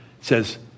says